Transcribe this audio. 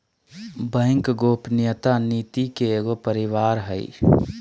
bank गोपनीयता नीति के एगो परिवार हइ